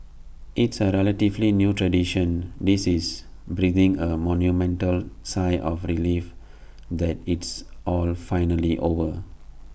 it's A relatively new tradition this is breathing A monumental sigh of relief that it's all finally over